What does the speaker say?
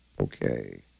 Okay